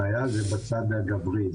הבעיה זה בצד הגברי,